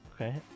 Okay